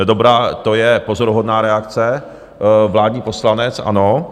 Dobrá, to je pozoruhodná reakce, vládní poslanec, ano.